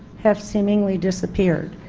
have seemingly disappeared.